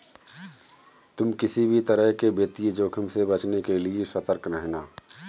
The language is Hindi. तुम किसी भी तरह के वित्तीय जोखिम से बचने के लिए सतर्क रहना